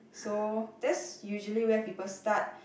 so that's usually where people start